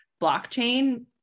blockchain